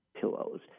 pillows